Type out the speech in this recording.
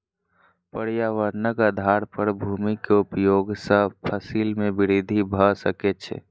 पर्यावरणक आधार पर भूमि के उपयोग सॅ फसिल में वृद्धि भ सकै छै